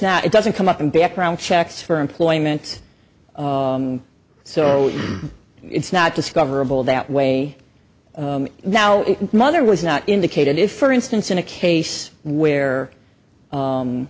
not it doesn't come up in background checks for employment so it's not discoverable that way now mother was not indicated if for instance in a case where